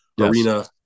arena